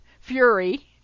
fury